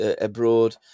abroad